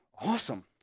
Awesome